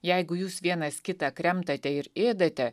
jeigu jūs vienas kitą kremtate ir ėdate